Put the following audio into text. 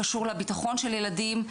קשור בביטחון של ילדים,